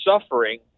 suffering